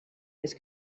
his